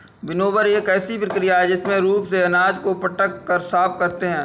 winnower एक ऐसी प्रक्रिया है जिसमें रूप से अनाज को पटक कर साफ करते हैं